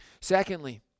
Secondly